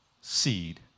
seed